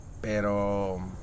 Pero